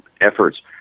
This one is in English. efforts